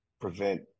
prevent